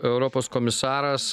europos komisaras